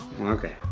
Okay